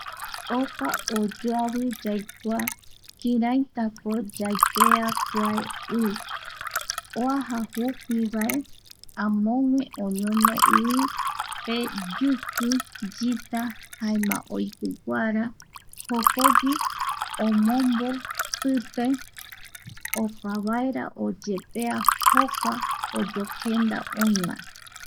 Opa oyoavi yaikua kiraitako yaipea kua i oaja jupi vae amogue oñono i pe yuki yita, jaema oipiguara jokogui omombo pipe opa vaera oyepea jokua oyokenda oï va.